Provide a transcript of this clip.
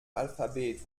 alphabet